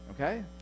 okay